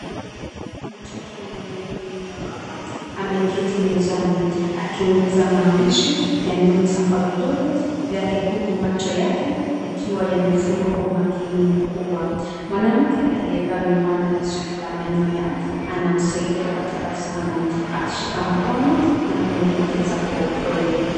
Mtoto mwenye nywele nyororo, ameketi mezani, akigusa maandishi, ya nukta kwa vidole, vyake huku macho yake, yakiwa yamefungwa kwa umakini mkubwa. Mwanamke aliyevaa miwani na sweta la manyoya, anamsaidia kwa tabasamu, akishika mkono na kumwelekeza kwa upole.